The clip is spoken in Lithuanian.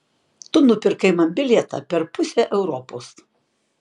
tu nupirkai man bilietą per pusę europos